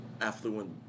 affluent